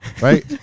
Right